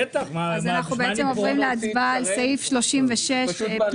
מה אתם עושים עם המגזר היחיד שלא מעניין אתכם,